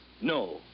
No